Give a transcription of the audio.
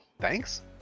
thanks